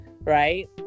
right